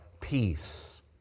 peace